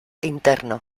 interno